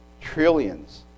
trillions